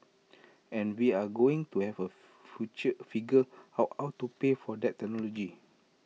and we're going to have A figure out how to pay for that technology